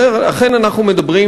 אכן אנחנו מדברים,